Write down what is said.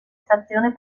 stazione